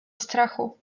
strachu